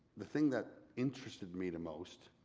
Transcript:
the thing that interested me the most,